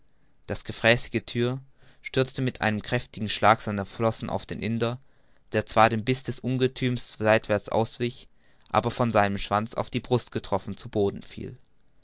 das gefräßige thier stürzte mit einem kräftigen schlag seiner flossen auf den indier der zwar dem biß des ungethüms seitwärts auswich aber von seinem schwanz auf die brust getroffen zu boden fiel